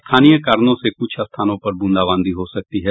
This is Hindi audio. स्थानीय कारणों से कुछ स्थानों पर बूंदाबांदी हो सकती है